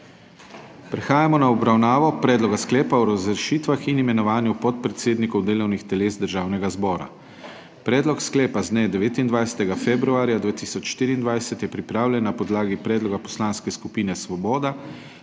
Prehajamo na obravnavo Predloga sklepa o razrešitvah in imenovanju podpredsednikov delovnih teles Državnega zbora. Predlog sklepa z dne 29. februarja 2024 je pripravljen na podlagi predloga Poslanske skupine Svoboda